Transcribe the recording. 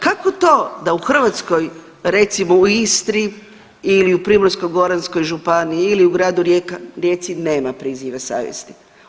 Kako to da u Hrvatskoj, recimo u Istri ili u Primorsko-goranskoj županiji ili u gradu Rijeci nema priziva savjesti?